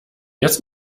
jetzt